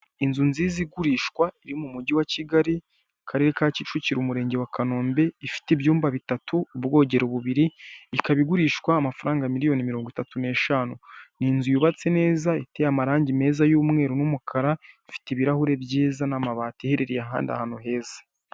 Inzu nziza igurishwa iri mu mugi wa Kigali mu karere ka Kicukiro, umurenge wa Kanombe ifite ibyumba bitatu, ubwogero bubiri, ikaba igurishwa amafaranga miliyoni mirongo itatu n'eshanu, ni inzu yubatse neza iteye amarange meza y'umweru n'umukara, ifite ibirahure byiza n'amabati, iherereye kandi ahantu heza.